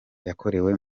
yakorewe